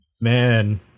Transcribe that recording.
Man